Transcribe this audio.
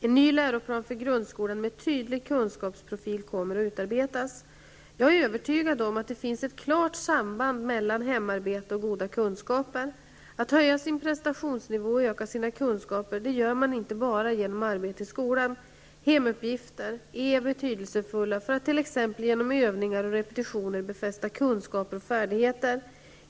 En ny läroplan för grundskolan med tydlig kunskapsprofil kommer att utarbetas. Jag är övertygad om att det finns ett klart samband mellan hemarbete och goda kunskaper. Att höja sin prestationsnivå och öka sina kunskaper gör man inte bara genom arbete i skolan. Hemuppgifter är betydelsefulla för att t.ex. genom övningar och repetitioner befästa kunskaper och färdigheter.